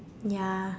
ya